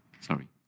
Sorry